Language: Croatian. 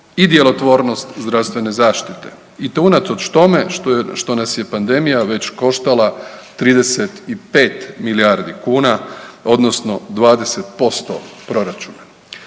i djelotvornost zdravstvene zaštite i to unatoč tome što nas je pandemija već koštala 35 milijardi kuna, odnosno 20% proračuna.